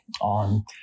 on